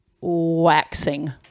waxing